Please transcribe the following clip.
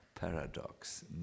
paradox